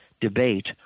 debate